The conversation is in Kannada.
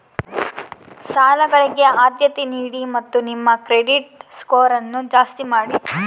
ಸಾಲಗಳಿಗೆ ಆದ್ಯತೆ ನೀಡಿ ಮತ್ತು ನಿಮ್ಮ ಕ್ರೆಡಿಟ್ ಸ್ಕೋರನ್ನು ಜಾಸ್ತಿ ಮಾಡಿ